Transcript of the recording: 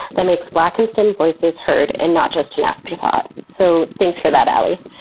that makes black in stem voices heard and not just an afterthought. so, thanks for that, alie.